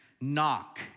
Knock